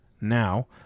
now